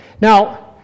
Now